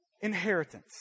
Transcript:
inheritance